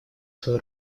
свою